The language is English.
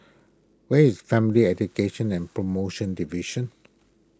where is Family Education and Promotion Division